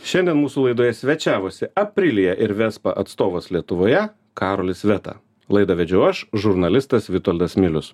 šiandien mūsų laidoje svečiavosi aprilia ir vespa atstovas lietuvoje karolis veta laidą vedžiau aš žurnalistas vitoldas milius